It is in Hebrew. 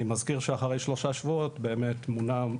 אני מזכיר שאחרי שלושה שבועות באמת מונה,